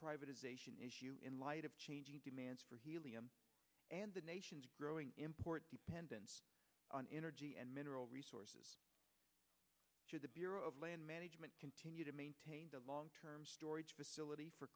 privatization issue in light of changing demands for helium and the nation's growing import dependence on energy and mineral resources to the bureau of land management continue to maintain the long term storage facility for